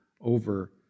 over